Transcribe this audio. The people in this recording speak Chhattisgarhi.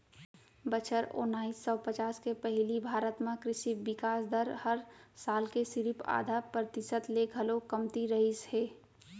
बछर ओनाइस सौ पचास के पहिली भारत म कृसि बिकास दर हर साल के सिरिफ आधा परतिसत ले घलौ कमती रहिस हे